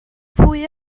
pwy